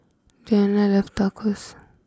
Diane love Tacos